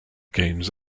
games